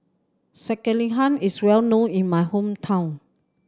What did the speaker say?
Sekihan is well known in my hometown